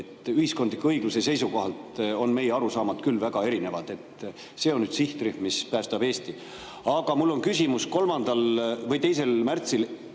Ühiskondliku õigluse seisukohalt on meie arusaamad küll väga erinevad. See on nüüd sihtrühm, mis päästab Eesti! Aga mul on küsimus. 3. või 2. märtsil,